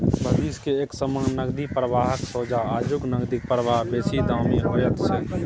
भविष्य के एक समान नकदी प्रवाहक सोंझा आजुक नकदी प्रवाह बेसी दामी होइत छै